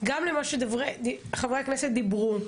גם למה שחברי הכנסת דיברו.